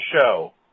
show